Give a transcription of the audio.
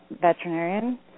veterinarian